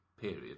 period